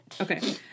Okay